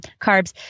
carbs